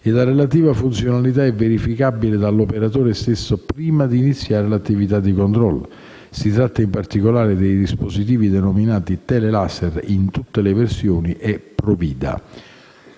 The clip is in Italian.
e la relativa funzionalità è verificabile dall'operatore stesso prima di iniziare l'attività di controllo; si tratta in particolare dei dispositivi denominati Telelaser (in tutte le versioni) e Provida.